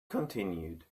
continued